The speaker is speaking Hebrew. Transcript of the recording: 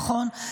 נכון?